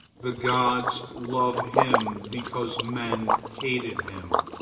the gods love him because men hated him.